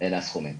- אלה הסכומים.